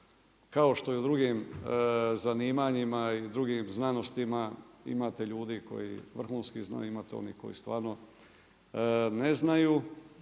Kao što i u drugim zanimanjima i u drugim znanostima imate ljudi koji vrhunski zna, imate onih koji stvarno ne znaju.